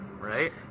right